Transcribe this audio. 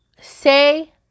say